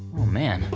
oh man,